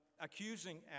accusing